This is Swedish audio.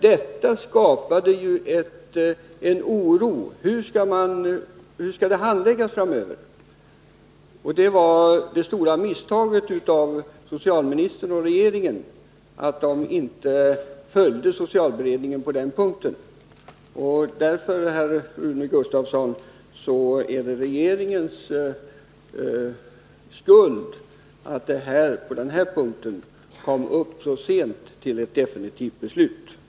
Det uppkom då en oro för hur handläggningen skulle komma att gestalta sig framöver. Det var socialministerns och regeringens stora misstag att man inte följde socialberedningen på den punkten. Därför, herr Rune Gustavsson, är det regeringen som har skulden till att ärendet kom upp så sent till ett definitivt beslut.